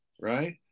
right